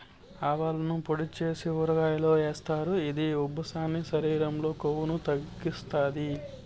ఆవాలను పొడి చేసి ఊరగాయల్లో ఏస్తారు, ఇది ఉబ్బసాన్ని, శరీరం లో కొవ్వును తగ్గిత్తాది